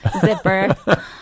zipper